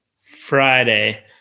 Friday